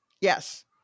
Yes